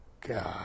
God